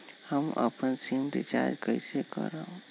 हम अपन SIM recharge कइसे करम?